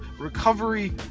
recovery